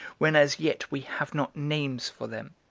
when as yet we have not names for them?